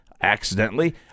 accidentally